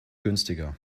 günstiger